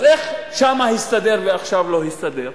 אז איך שם זה הסתדר ועכשיו לא הסתדר?